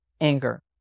anger